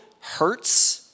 hurts